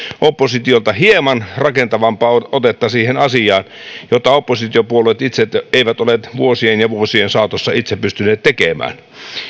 oppositiolta hieman rakentavampaa otetta siihen asiaan jota oppositiopuolueet itse eivät olleet vuosien ja vuosien saatossa pystyneet tekemään